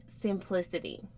simplicity